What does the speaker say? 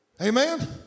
Amen